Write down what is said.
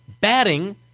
batting